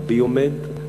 הביו-מד,